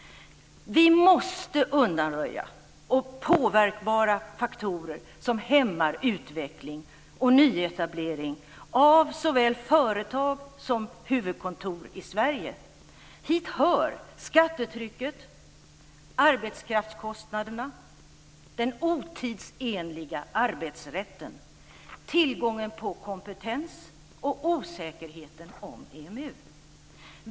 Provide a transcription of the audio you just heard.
Vi måste undanröja påverkbara faktorer som hämmar utveckling och nyetablering av såväl företag som huvudkontor i Sverige. Hit hör skattetrycket, arbetskraftskostnaderna, den otidsenliga arbetsrätten, tillgången på kompetens och osäkerheten om EMU.